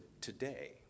today